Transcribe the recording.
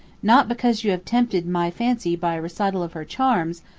not because you have tempted my fancy by a recital of her charms,